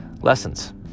lessons